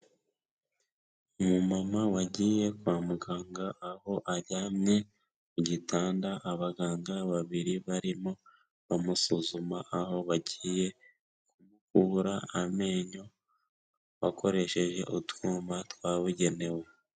Umumama wagiye kwa muganga aho aryamye mu gitanda abaganga babiri barimo bamusuzuma, aho bagiye kumukura amenyo bakoresheje utwuma twabugenewe.